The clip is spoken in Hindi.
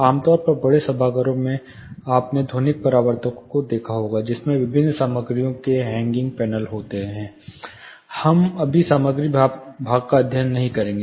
आमतौर पर बड़े सभागारों में आपने ध्वनिक परावर्तकों को देखा होगा जिसमें विभिन्न सामग्रियों के हैंगिंग पैनल होंगे हम अभी सामग्री भाग का अध्ययन नहीं करेंगे